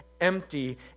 empty